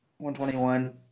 121